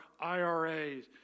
IRAs